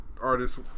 artists